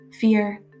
fear